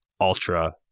ultra